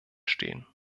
stehen